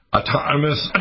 autonomous